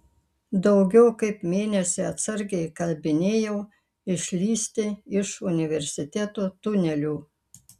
daugiau kaip mėnesį atsargiai įkalbinėjau išlįsti iš universiteto tunelių